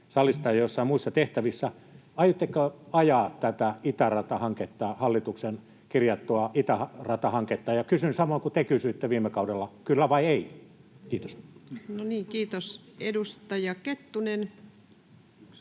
salista joissain muissa tehtävissä — aiotteko ajaa tätä hallitusohjelmaan kirjattua itäratahanketta, ja kysyn samoin kuin te kysyitte viime kaudella: kyllä vai ei? — Kiitos. [Speech